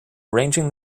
arranging